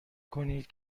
کنید